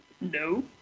no